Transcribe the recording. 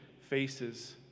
faces